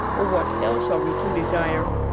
or what else are we to desire?